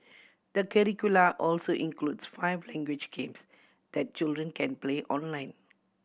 the curricula also includes five language games that children can play online